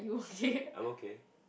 ya I'm okay